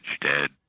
Dead